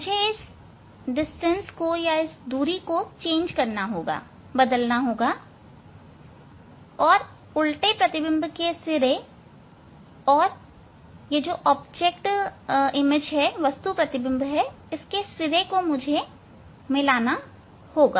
मुझे मुझे दूरी को बदलना होगा और उल्टे प्रतिबिंब के सिरे और वस्तु प्रतिबिंब के सिरे को मिलाना होगा